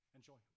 Enjoy